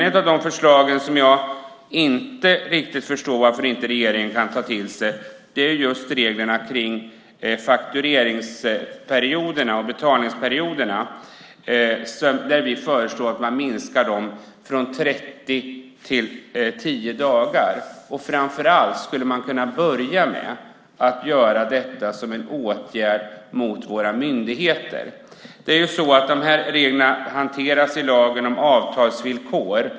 Ett av de förslag som jag inte riktigt förstår varför regeringen inte kan ta till sig gäller reglerna för fakturerings och betalningsperioderna. Vi föreslår att man minskar perioderna från 30 till 10 dagar. Framför allt skulle man kunna börja med att vidta detta som en åtgärd mot våra myndigheter. De här reglerna hanteras i lagen om avtalsvillkor.